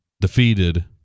defeated